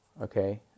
okay